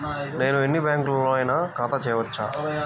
నేను ఎన్ని బ్యాంకులలోనైనా ఖాతా చేయవచ్చా?